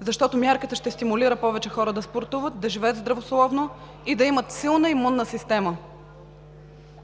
защото мярката ще стимулира повече хора да спортуват, да живеят здравословно и да имат силна имунна система.